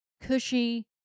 cushy